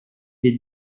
les